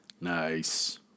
Nice